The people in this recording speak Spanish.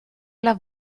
las